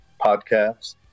podcasts